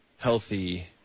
Healthy